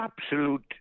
absolute